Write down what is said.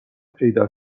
پیدا